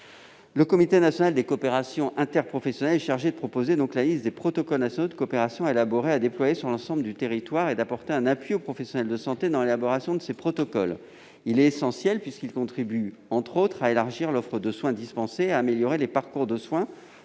Le Comité national des coopérations interprofessionnelles est chargé de proposer la liste des protocoles nationaux de coopération à élaborer et à déployer sur l'ensemble du territoire et d'apporter un appui aux professionnels de santé dans l'élaboration de ces protocoles. Il est essentiel, puisqu'il contribue, entre autres, à élargir l'offre de soins dispensés et à améliorer les parcours de soins